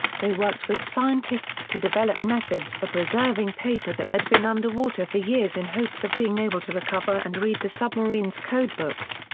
they worked with scientists to develop methods for preserving paper that had been underwater for years in hopes of being able to recover and read the submarine's codebooks.